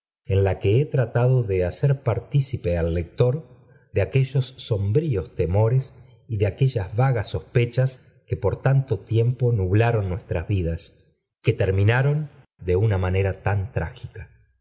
en la que he tratado i l cer partícipe al lector de aquellos sombríos u n a y de aquellas vagas sospechas que jor tanto firmp i nublaron nuestras vidas y que terminaron i um manera tan trágica